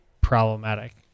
problematic